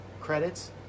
credits